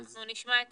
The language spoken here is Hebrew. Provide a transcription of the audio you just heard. אז אנחנו נשמע את